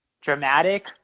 dramatic